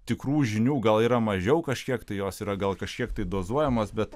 tikrų žinių gal yra mažiau kažkiek tai jos yra gal kažkiek tai dozuojamas bet